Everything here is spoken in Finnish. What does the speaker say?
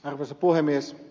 arvoisa puhemies